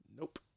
Nope